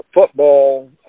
football